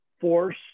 force